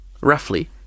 roughly